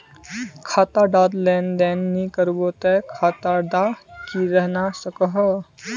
खाता डात लेन देन नि करबो ते खाता दा की रहना सकोहो?